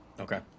okay